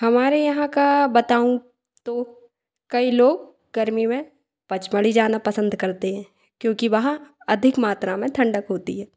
हमारे यहाँ का बताऊँ तो कई लोग गर्मी में पचमढ़ी जाना पसंद करते हैं क्योंकि वहाँ अधिक मात्रा में ठंडक होती है